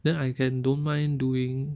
then I can don't mind doing